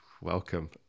Welcome